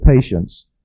patience